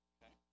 Okay